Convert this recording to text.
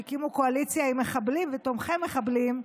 שהקימו קואליציה עם מחבלים ותומכי מחבלים,